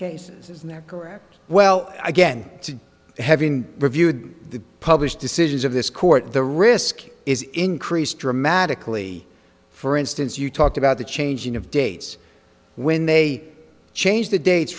they're correct well again to having reviewed the published decisions of this court the risk is increased dramatically for instance you talked about the changing of dates when they changed the dates